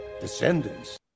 Descendants